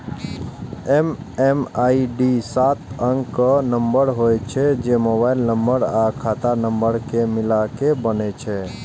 MMID सात अंकक number होइ छै, जे मोबाइल नंबर आ खाता नंबर कें मिलाके बनै छै